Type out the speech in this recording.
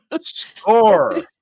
Score